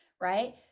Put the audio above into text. right